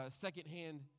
secondhand